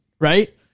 right